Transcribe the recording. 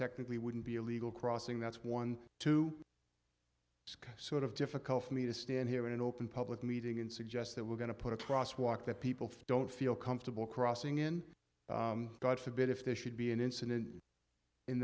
technically wouldn't be illegal crossing that's one to sort of difficult for me to stand here in an open public meeting in suggest that we're going to put a cross walk that people don't feel comfortable crossing in god forbid if there should be an incident in